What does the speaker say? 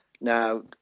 Now